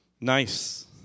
Nice